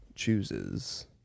Chooses